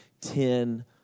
ten